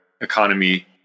economy